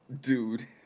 dude